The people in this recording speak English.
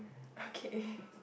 okay